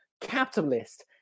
capitalist